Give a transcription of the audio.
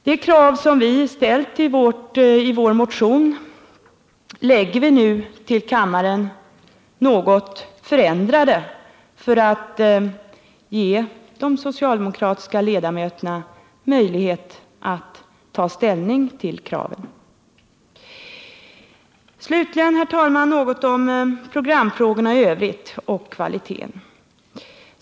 De krav som vi har ställt i vår motion framlägger vi nu för kammaren något förändrade för att ge de socialdemokratiska ledamöterna möjlighet att ta ställning till kraven. Slutligen, herr talman, något om programfrågorna i övrigt och kvaliteten.